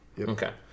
Okay